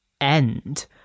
end